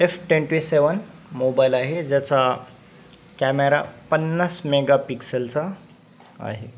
F twenty seven mobile आहे ज्याचा camera पन्नास मेगापिक्सेलचा आहे